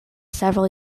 several